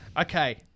Okay